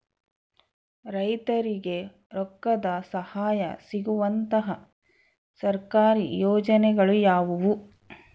ರೈತರಿಗೆ ರೊಕ್ಕದ ಸಹಾಯ ಸಿಗುವಂತಹ ಸರ್ಕಾರಿ ಯೋಜನೆಗಳು ಯಾವುವು?